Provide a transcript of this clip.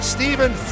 Stephen